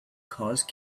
cause